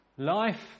life